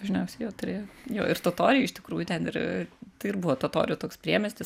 dažniausiai jo turėjo jo ir totoriai iš tikrųjų ten ir tai ir buvo totorių toks priemiestis